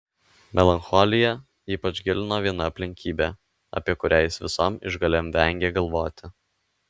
melancholiją ypač gilino viena aplinkybė apie kurią jis visom išgalėm vengė galvoti